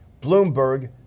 Bloomberg